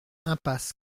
impasse